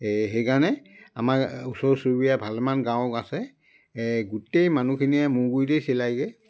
এই সেইকাৰণে আমাৰ ওচৰ চুবুৰীয়া ভালেমান গাঁও আছে গোটেই মানুহখিনিয়ে মোৰ গুৰিতেই চিলাইগৈ